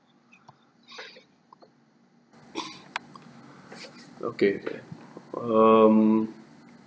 okay um